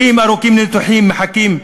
מחכים לניתוחים בתורים ארוכים.